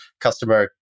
customer